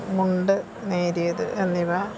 മുണ്ട് നേരിയത് എന്നിവ